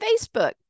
Facebook